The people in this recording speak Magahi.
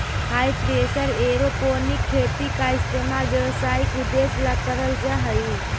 हाई प्रेशर एयरोपोनिक खेती का इस्तेमाल व्यावसायिक उद्देश्य ला करल जा हई